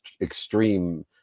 extreme